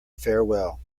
farewell